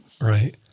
right